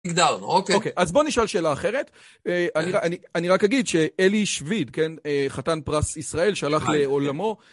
אז בוא נשאל שאלה אחרת, אני רק אגיד שאלי שביד, חתן פרס ישראל שהלך לעולמו